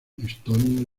estonia